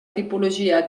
tipologia